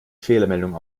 fehlermeldung